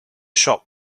shop